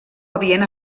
havien